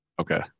Okay